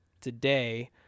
today